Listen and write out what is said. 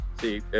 See